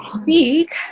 speak